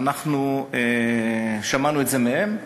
אנחנו שמענו את זה מהם.